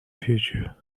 future